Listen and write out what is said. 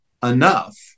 enough